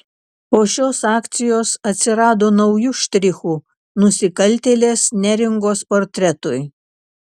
po šios akcijos atsirado naujų štrichų nusikaltėlės neringos portretui